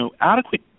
Adequate